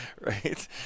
Right